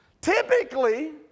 Typically